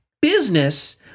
business